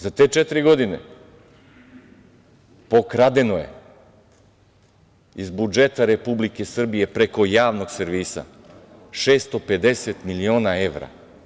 Za te četiri godine pokradeno je iz budžeta Republike Srbije preko javnog servisa 650 miliona evra.